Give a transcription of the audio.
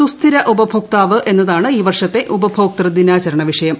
സുസ്ഥിര ഉപഭോക്താവ് എന്നതാണ് ഈ വർഷത്തെ ഉപഭോക്തൃദിനാചരണ വിഷയം